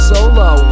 Solo